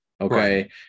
Okay